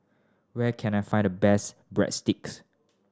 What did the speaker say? where can I find the best Breadsticks